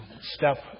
step